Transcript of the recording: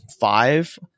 five